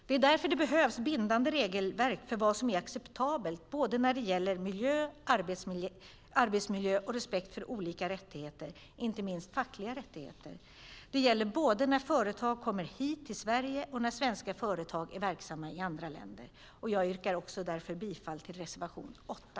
Det är därför det behövs bindande regelverk för vad som är acceptabelt, både när det gäller miljö, arbetsmiljö och respekt för olika rättigheter, inte minst fackliga rättigheter. Det gäller både när företag kommer hit till Sverige och när svenska företag är verksamma i andra länder. Jag yrkar därför bifall till reservation 8.